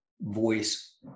voice